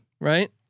Right